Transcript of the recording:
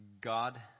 God